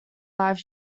live